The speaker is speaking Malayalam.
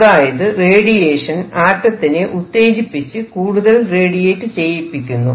അതായത് റേഡിയേഷൻ ആറ്റത്തിനെ ഉത്തേജിപ്പിച്ച് കൂടുതൽ റേഡിയേറ്റ് ചെയ്യിപ്പിക്കുന്നു